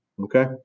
Okay